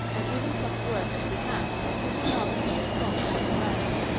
and even such work as we have is pretty largely a cult by the wealthy.